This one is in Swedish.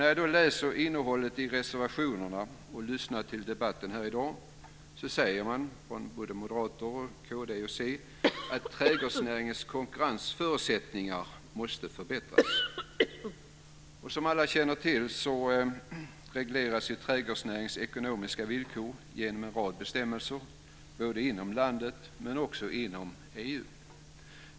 När jag läser innehållet i reservationerna och lyssnar till debatten här i dag säger man från Moderaterna, kd och c att trädgårdsnäringens konkurrensförutsättningar måste förbättras. Som alla känner till regleras trädgårdsnäringens ekonomiska villkor genom en rad bestämmelser inom landet och inom EU.